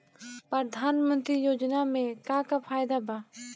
प्रधानमंत्री योजना मे का का फायदा बा?